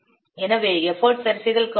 எனவே எஃபர்ட் சரிசெய்தல் காரணியின் மதிப்பு 0